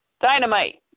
Dynamite